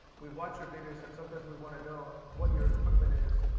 we watch your videos and sometimes we want to know what your equipment is.